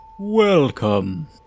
Welcome